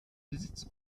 besitz